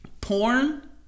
porn